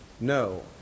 No